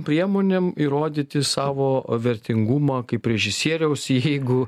priemonėm įrodyti savo vertingumą kaip režisieriaus jeigu